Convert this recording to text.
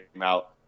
out